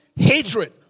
Hatred